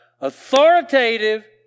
authoritative